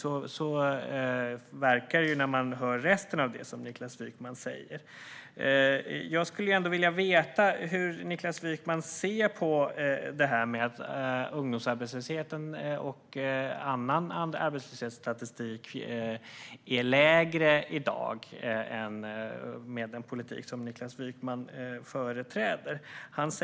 Så verkar det när man hör resten av det som Niklas Wykman säger. Jag skulle ändå vilja veta hur Niklas Wykman ser på att ungdomsarbetslösheten är lägre i dag än vad den var med den politik som Niklas Wykman företräder. Statistik för annan arbetslöshet visar samma sak.